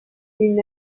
une